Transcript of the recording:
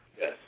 Yes